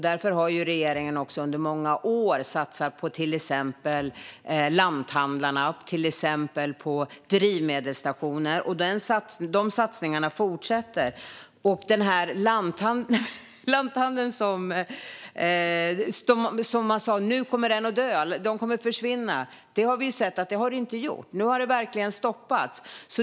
Därför har regeringen under många år satsat på till exempel lanthandlar och drivmedelsstationer, och de satsningarna fortsätter. Om lanthandlarna sa man att de kommer att dö; de kommer att försvinna. Vi har sett att det har de inte gjort. Det har verkligen stoppats.